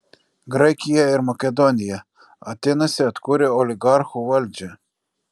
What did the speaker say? graikiją ir makedoniją atėnuose atkūrė oligarchų valdžią